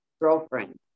girlfriend